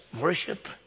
worship